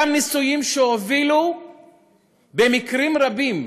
אותם ניסויים שהובילו במקרים רבים